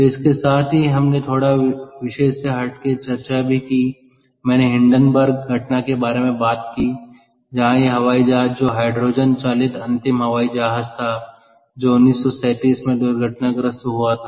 तो इसके साथ ही हमने थोड़ा विषय से हटके चर्चा भी की मैंने हिंडनबर्ग घटना के बारे में बात की जहाँ ये हवाई जहाज जो हाइड्रोजन चालित अंतिम हवाई जहाज था जो 1937 में दुर्घटनाग्रस्त हुआ था